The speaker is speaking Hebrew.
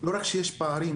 לא רק שיש פערים,